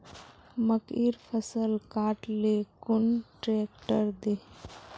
मकईर फसल काट ले कुन ट्रेक्टर दे?